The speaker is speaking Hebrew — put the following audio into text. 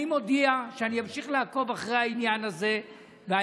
אני מודיע שאני אמשיך לעקוב אחרי העניין הזה,